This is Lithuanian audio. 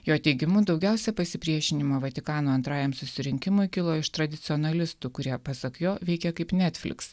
jo teigimu daugiausiai pasipriešinimą vatikano antrajam susirinkimui kilo iš tradicionalistų kurie pasak jo veikė kaip netflix